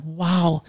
wow